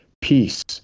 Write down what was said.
peace